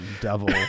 devil